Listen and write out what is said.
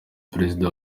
perezida